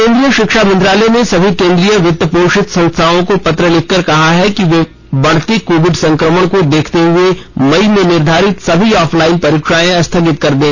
केन्द्रीय शिक्षा मंत्रालय ने सभी केन्द्रीय वित्त पोषित संस्थाओं को पत्र लिखकर कहा है कि वे बढ़ते कोविड संक्रमण को देखते हुए मई में निर्धारित सभी ऑफलाइन परीक्षाएं स्थगित कर दें